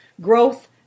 growth